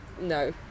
no